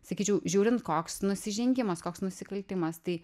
sakyčiau žiūrint koks nusižengimas koks nusikaltimas tai